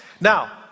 Now